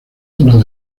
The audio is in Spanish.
zonas